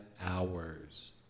hours